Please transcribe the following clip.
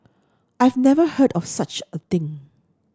I've never heard of such a thing